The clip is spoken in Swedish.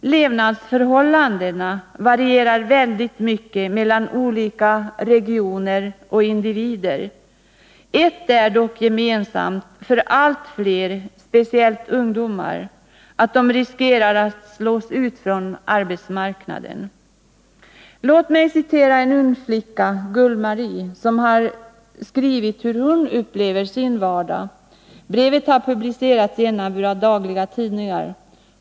Levnadsförhållandena varierar väldigt mycket mellan olika regioner och individer. Ett är dock gemensamt för allt fler, speciellt ungdomar, nämligen att de riskerar att slås ut från arbetsmarknaden. Låt mig citera en ung flicka, Gullmari, som har skrivit hur hon upplever sin vardag. Brevet har publicerats i en av våra dagliga tidningar.